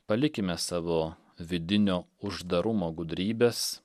palikime savu vidinio uždarumo gudrybės